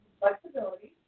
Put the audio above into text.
flexibility